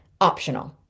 optional